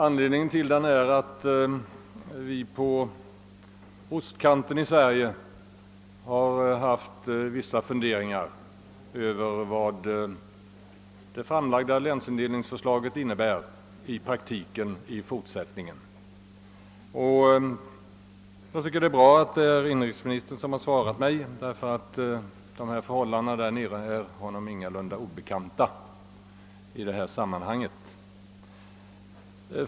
Anledningen till att frågan ställdes var att vi i den sydöstra delen av Sverige haft vissa funderingar över vad det framlagda länsindelningsförslaget i fortsättningen praktiskt kommer att innebära. Det är bra att inrikesministern lämnade svaret, eftersom förhållandena i den aktuella delen av landet ingalunda är honom obekanta i detta sammanhang.